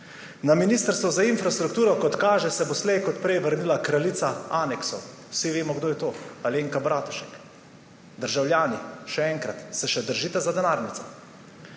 Na ministrstvo za infrastrukturo se bo, kot kaže, slej ko prej vrnila kraljica aneksov. Vsi vemo, kdo je to – Alenka Bratušek. Državljani, še enkrat, se še držite za denarnice?